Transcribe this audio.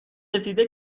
رسیده